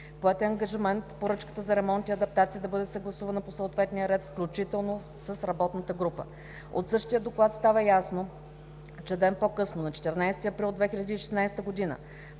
Поет е ангажимент поръчката за ремонт и адаптация да бъде съгласувана по съответния ред, включително с Междуведомствената работна група. От същия доклад става ясно, че ден по-късно, на 14 април 2016 г.,